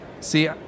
See